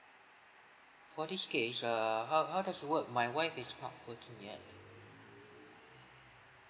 for this case err how how does it work my wife is not working yet